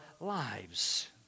lives